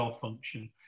function